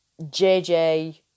JJ